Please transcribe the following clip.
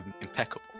impeccable